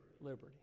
Liberty